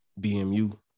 BMU